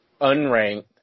unranked